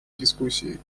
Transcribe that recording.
дискуссии